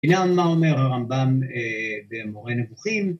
עניין מה אומר הרמב״ם במורה נבוכים